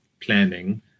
planning